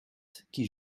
qui